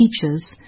teachers